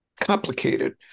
complicated